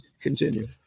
Continue